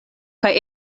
kaj